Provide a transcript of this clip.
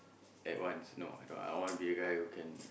at once no I cannot I want to be the guy who can